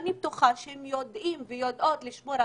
אני בטוחה שהם יודעים ויודעות לשמור על